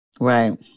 right